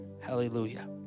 hallelujah